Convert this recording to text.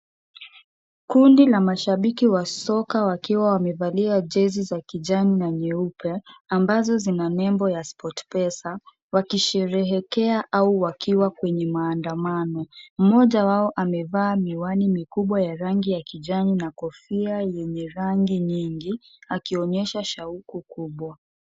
Kundi la mashabiki wa soka wakiwa na jezi za kijani na nyeupe ambazo zina nembo za sport pesa wakisheherekea au wakiwa kwenye maandamano. Mmoja wao amevaa miwani mikubwa ya rangi ya kijani na Kofia yenye nyingi akionyesha shauku kubwa.